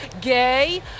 gay